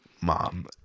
mom